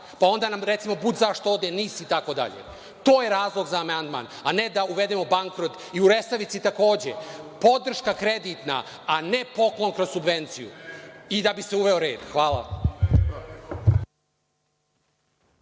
pa onda nam bud zašto ode NIS itd. To je razlog za amandman, a ne da uvedemo bankrot. I u „Resavici“ takođe podrška kreditna, a ne poklon kroz subvenciju i da bi se uveo red. Hvala.